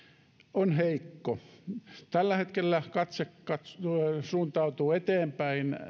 on heikko tällä hetkellä katse katse suuntautuu eteenpäin